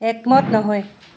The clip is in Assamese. একমত নহয়